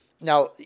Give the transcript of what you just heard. Now